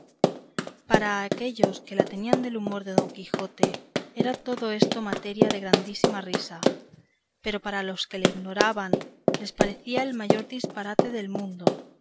para aquellos que la tenían del humor de don quijote era todo esto materia de grandísima risa pero para los que le ignoraban les parecía el mayor disparate del mundo